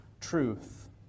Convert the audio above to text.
truth